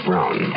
Brown